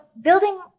building